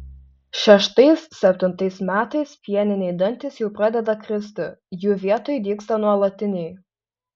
šeštais septintais metais pieniniai dantys jau pradeda kristi jų vietoj dygsta nuolatiniai